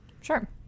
Sure